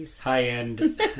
high-end